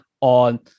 on